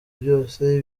byose